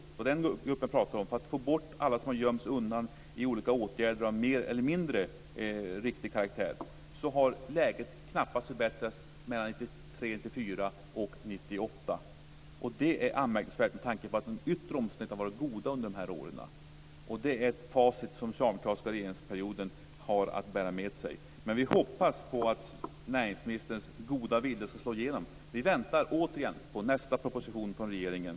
Jag pratar om hela den gruppen för att få bort alla som har gömts undan i olika åtgärder av mer eller mindre riktig karaktär. Det är anmärkningsvärt med tanke på att de yttre omständigheterna har varit goda under de åren. Det är ett facit som socialdemokraterna har att bära med sig från den socialdemokratiska regeringsperioden. Vi hoppas på att näringsministerns goda vilja skall slå igenom. Vi väntar återigen på nästa proposition från regeringen.